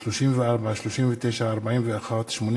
אנחנו נשמע עכשיו הודעה מפי